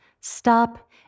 Stop